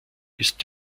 ist